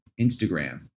Instagram